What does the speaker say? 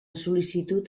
sol·licitud